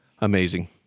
Amazing